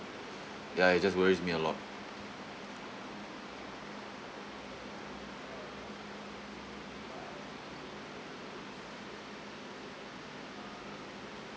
ya it just worries me a lot